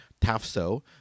Tafso